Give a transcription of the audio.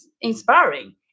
inspiring